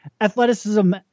athleticism